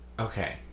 okay